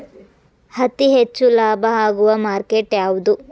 ಅತಿ ಹೆಚ್ಚು ಲಾಭ ಆಗುವ ಮಾರ್ಕೆಟ್ ಯಾವುದು?